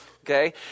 okay